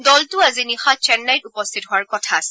দলটো আজি নিশা চেন্নাইত উপস্থিত হোৱাৰ কথা আছে